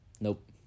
Nope